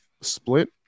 split